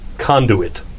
Conduit